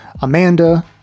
Amanda